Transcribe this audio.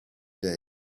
days